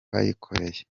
bayikoreye